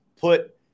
put –